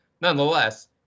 Nonetheless